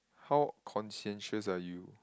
how conscientious are you